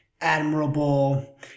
admirable